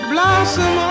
Blossom